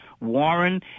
Warren